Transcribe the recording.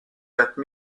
quatre